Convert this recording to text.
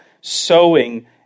sowing